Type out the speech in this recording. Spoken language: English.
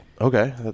Okay